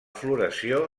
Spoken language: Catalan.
floració